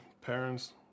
parents